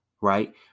right